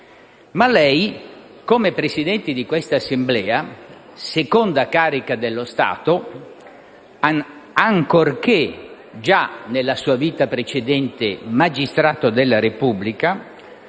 Ma lei, come Presidente di questa Assemblea, seconda carica dello Stato, ancorché già nella sua vita precedente magistrato della Repubblica,